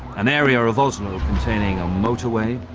an area of oslo containing a motorway,